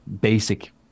basic